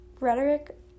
Rhetoric